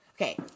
Okay